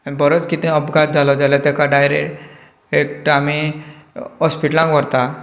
बरोंच कितें अपघात जालो जाल्यार तेका डायरेक्ट आमी हॉस्पीटलांत व्हरतात